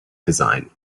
design